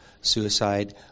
suicide